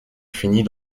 finit